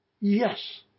yes